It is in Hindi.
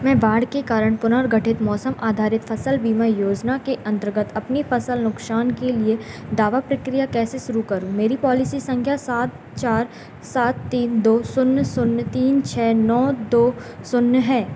मैं बाढ़ के कारण पुनर्गठित मौसम आधारित फ़सल बीमा योजना के अन्तर्गत अपनी फ़सल नुकसान के लिए दावा प्रक्रिया कैसे शुरू करूँ मेरी पॉलिसी सँख्या सात चार सात तीन दो शून्य शून्य तीन छह नौ दो शून्य है